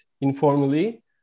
informally